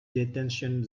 detention